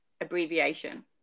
abbreviation